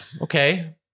okay